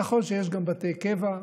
נכון שיש גם בתי קבע,